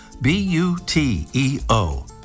B-U-T-E-O